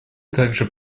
также